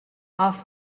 off